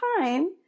time